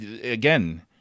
again